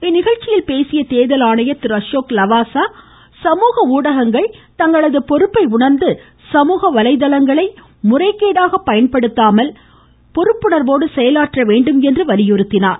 இந்நிகழ்ச்சியில் பேசிய தேர்தல் ஆணையர் திரு அசோக் லாவாசா சமூக ஊடகங்கள் தங்களது பொறுப்பை உணர்ந்து சமூக வலைதளங்களை முறைகேடாக பயன்படுத்தாமல் சமூக பொறுப்புணர்வோடு செயலாற்றவேண்டும் என்று வலியுறுத்தினார்